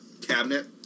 cabinet